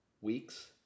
weeks